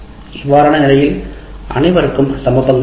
இவ்வாறான நிலையை அனைவருக்கும் சமபங்கு வேண்டும்